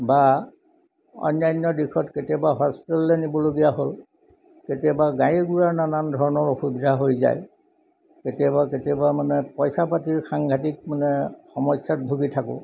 বা অন্যান্য দিশত কেতিয়াবা হস্পিটেললৈ নিবলগীয়া হ'ল কেতিয়াবা গাড়ী ঘোড়াৰ নানান ধৰণৰ অসুবিধা হৈ যায় কেতিয়াবা কেতিয়াবা মানে পইচা পাতিৰ সাংঘাটিক মানে সমস্যাত ভোগি থাকোঁ